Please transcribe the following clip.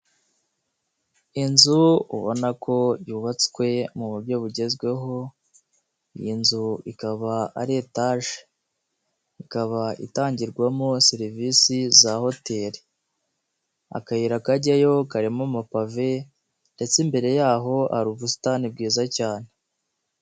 Inzu ubona ko yubatswe mu buryo bugezweho iyi nzu ikaba ari etaje, ikaba itangirwamo serivisi za hoteri, akayira kajyayo karimo amapave ndetse imbere y'aho hari ubusitani bwiza cyane.